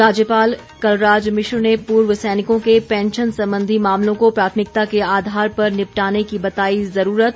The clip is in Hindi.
राज्यपाल कलराज मिश्र ने पूर्व सैनिकों के पैंशन संबंधी मामलों को प्राथमिकता के आधार पर निपटाने की बताई ज़रूरत